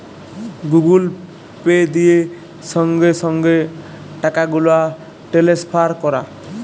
Google Pay দিয়ে সংগে সংগে টাকাগুলা টেলেসফার ক্যরা